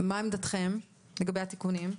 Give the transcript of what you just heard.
מה עמדתכם לגבי התיקונים?